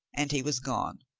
and he was gone,